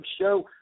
Show